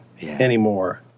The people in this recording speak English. anymore